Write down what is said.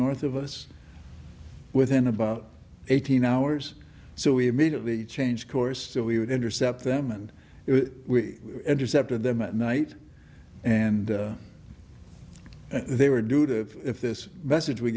north of us within about eighteen hours so we immediately changed course we would intercept them and we intercepted them at night and they were due to if this message we